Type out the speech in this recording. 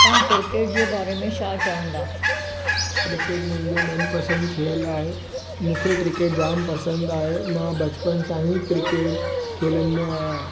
तव्हां क्रिकेट जे बारे में छा चवंदा क्रिकेट मुंहिंजो दो मनपसंदि खेलु आहे मूंखे क्रिकेट जामु पसंदि आहे मां बचपन सां ई क्रिकेट खेलंदो आहियां